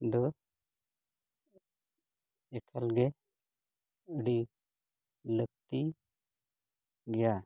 ᱫᱚ ᱮᱠᱟᱞ ᱜᱮ ᱟᱹᱰᱤ ᱞᱟᱹᱠᱛᱤ ᱜᱮᱭᱟ